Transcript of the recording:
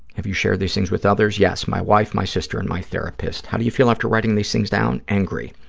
have you shared these things with others? yes, my wife, my sister and my therapist. how do you feel after writing these things down? angry.